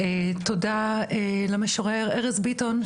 תודה למשורר ארז ביטון,